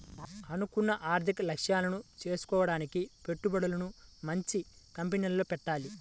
అనుకున్న ఆర్థిక లక్ష్యాలను చేరుకోడానికి పెట్టుబడులను మంచి కంపెనీల్లో పెట్టాలి